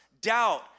Doubt